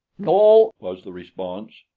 no, was the response.